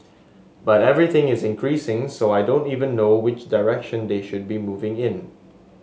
but everything is increasing so I don't even know which direction they should be moving in